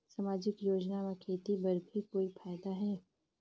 समाजिक योजना म खेती बर भी कोई फायदा है?